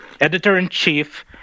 editor-in-chief